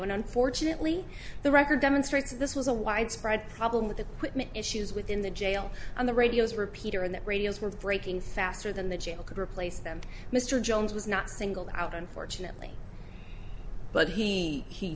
and unfortunately the record demonstrates this was a widespread problem with the issues within the jail on the radios repeater and that radios were breaking faster than the jail could replace them mr jones was not singled out unfortunately but he